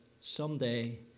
someday